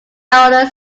elder